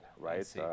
right